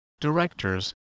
directors